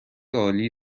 عالی